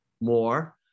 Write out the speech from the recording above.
more